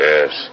Yes